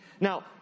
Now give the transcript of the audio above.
now